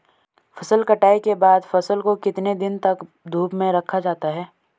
फसल कटाई के बाद फ़सल को कितने दिन तक धूप में रखा जाता है?